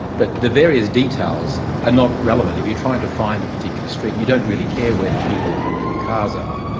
but the various details are not relevant. if you're trying to find a particular street you don't really care where the people are, where the cars are.